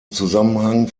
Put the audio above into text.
zusammenhang